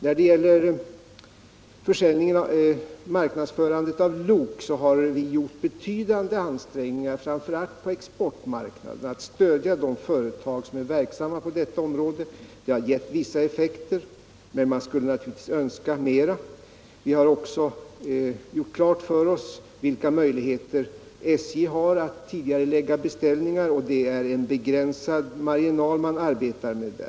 När det gäller frågan om marknadsförandet av lok har regeringen gjort betydande ansträngningar framför allt på exportmarknaden för att stödja de företag som är verksamma inom detta område. Detta har givit vissa effekter, ' men man skulle naturligtvis önska att de varit större. Regeringen har också gjort klart för sig vilka möjligheter SJ har att tidigarelägga beställningar och funnit att man där arbetar inom en begränsad marginal.